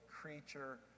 creature